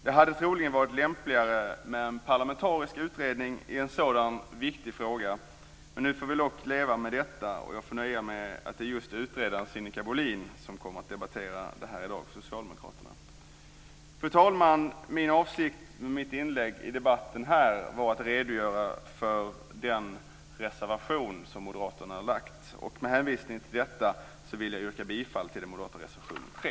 Det hade troligen varit lämpligare med en parlamentarisk utredning i en sådan viktig fråga, men nu får vi dock leva med detta. Jag får nöja mig med att det är just utredaren Sinikka Bohlin som kommer att debattera det här i dag för Socialdemokraterna. Fru talman! Min avsikt med mitt inlägg i debatten här var att redogöra för den reservation som Moderaterna har lagt. Med hänvisning till detta vill jag yrka bifall till den moderata reservationen 3.